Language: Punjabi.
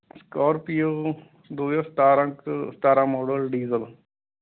ਸਕੋਰਪੀਓ ਦੋ ਹਜ਼ਾਰ ਸਤਾਰਾਂ ਕੁ ਸਤਾਰਾਂ ਮੋਡਲ ਡੀਜਲ